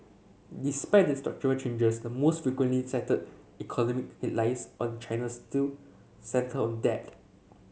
despite the structural changes the most frequently cited economic headlines on China still centre on debt